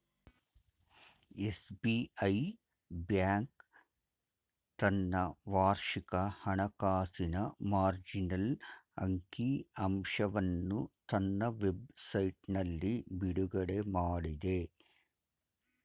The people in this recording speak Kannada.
ಎಸ್.ಬಿ.ಐ ಬ್ಯಾಂಕ್ ತನ್ನ ವಾರ್ಷಿಕ ಹಣಕಾಸಿನ ಮಾರ್ಜಿನಲ್ ಅಂಕಿ ಅಂಶವನ್ನು ತನ್ನ ವೆಬ್ ಸೈಟ್ನಲ್ಲಿ ಬಿಡುಗಡೆಮಾಡಿದೆ